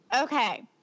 Okay